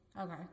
Okay